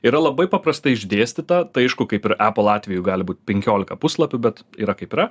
yra labai paprastai išdėstyta tai aišku kaip ir apple atveju gali būt penkiolika puslapių bet yra kaip yra